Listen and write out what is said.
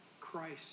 Christ